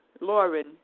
Lauren